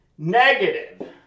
Negative